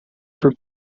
for